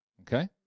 Okay